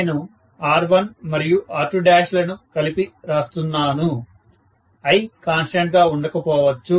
నేను R1మరియు R2లను కలిపి రాస్తున్నాను I కాన్స్టెంట్ గా ఉండకపోవచ్చు